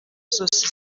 zose